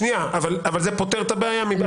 אבל זה פותר את הבעיה.